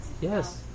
Yes